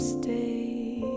stay